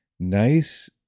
nice